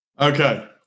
Okay